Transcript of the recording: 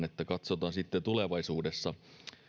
että katsotaan sitten tulevaisuudessa